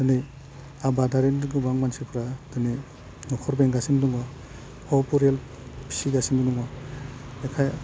दिनै आबादारिनि गोबां मानसिफ्रा दिनै न'खर बेंगासिनो दङ ह' फरियाल फिसिगासिनो दङ बेखायनो